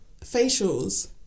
facials